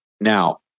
Now